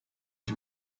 ich